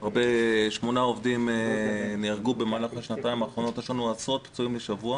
שמונה עובדים נהרגו במהלך השנתיים האחרונות ויש לנו עשרות פצועים בשבוע.